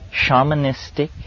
shamanistic